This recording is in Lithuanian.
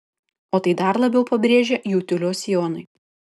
o tai dar labiau pabrėžia jų tiulio sijonai